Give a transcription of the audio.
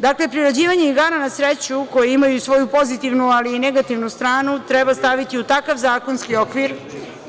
Dakle, priređivanje igara na sreću koje imaju svoju pozitivnu, ali i negativnu staranu, treba staviti u takav zakonski okvir,